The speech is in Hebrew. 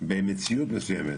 במציאות מסוימת